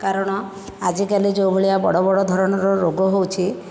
କାରଣ ଆଜି କାଲି ଯେଉଁ ଭଳିଆ ବଡ଼ ବଡ଼ ଧରଣର ରୋଗ ହେଉଛି